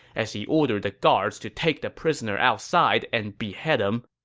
as he ordered the guards to take the prisoner outside and behead him.